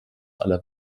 aller